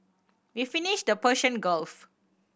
we visited the Persian Gulf